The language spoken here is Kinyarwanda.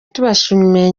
tubashimiye